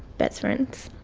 best friends